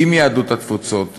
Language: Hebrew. עם יהדות התפוצות ועליה,